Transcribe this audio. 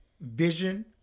vision